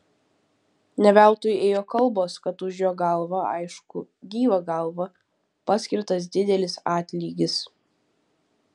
ne veltui ėjo kalbos kad už jo galvą aišku gyvą galvą paskirtas didelis atlygis